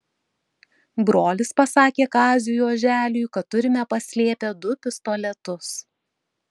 brolis pasakė kaziui oželiui kad turime paslėpę du pistoletus